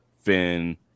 Finn